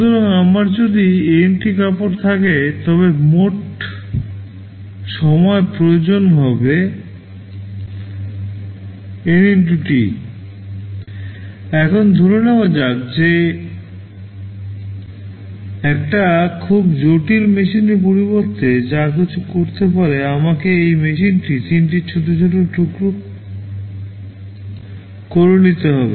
সুতরাং আমার যদি N টি কাপড় থাকে তবে মোট সময় প্রয়োজন হবে N x T এখন ধরে নেওয়া যাক যে একটা খুব জটিল মেশিনের পরিবর্তে যা কিছু করতে পারে আমাকে এই মেশিনটিকে তিনটি ছোট ছোট টুকরো করে নিতে হবে